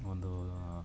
ಒಂದು